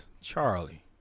Charlie